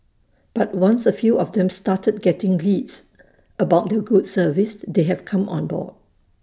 but once A few of them started getting leads because of their good service they have come on board